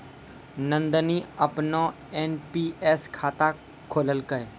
नंदनी अपनो एन.पी.एस खाता खोललकै